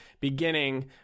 beginning